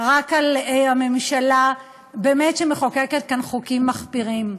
רק על הממשלה שמחוקקת כאן באמת חוקים מחפירים,